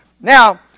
Now